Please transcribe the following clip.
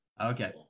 okay